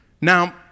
Now